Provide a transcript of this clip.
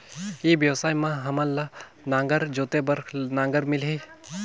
ई व्यवसाय मां हामन ला नागर जोते बार नागर मिलही?